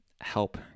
help